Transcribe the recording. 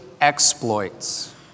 exploits